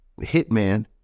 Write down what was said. Hitman